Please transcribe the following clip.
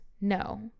No